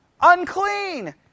unclean